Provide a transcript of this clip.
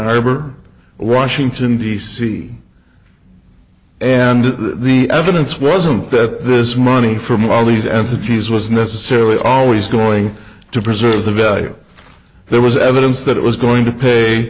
arbor washington d c and the evidence wasn't that this money from all these entities was necessarily always going to preserve the value there was evidence that it was going to pay